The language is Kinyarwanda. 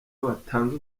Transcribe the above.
watanze